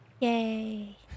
Yay